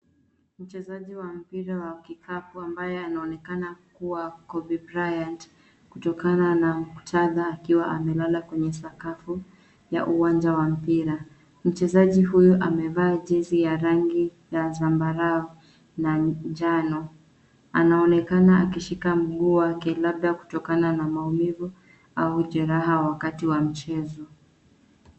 Mchezaji wa mpira wa kikapu ambaye anaonekana kuwa Kobe Bryant, kutokana na mukutadha akiwa amelala kwenye sakafu, ya uwanja wa mpira. Mchezaji huyo amevaa jezi ya rangi ya zambarau na njano. Anaonekana akishika mguu wake, labda kutokana na maumivu au jeraha wakati wa mchezo.